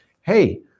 hey